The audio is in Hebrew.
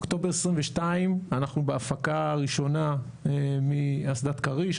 אוקטובר 2022 אנחנו בהפקה ראשונה מאסדת כריש.